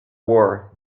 war